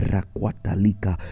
Rakwatalika